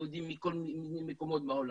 יהודים מכל מיני מקומות בעולם,